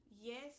Yes